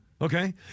okay